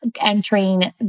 entering